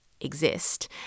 exist